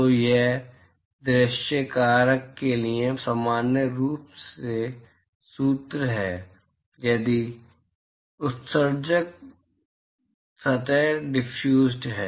तो यह दृश्य कारक के लिए सामान्य सूत्र है यदि उत्सर्जक सतह डिफयूस्ड है